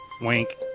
Wink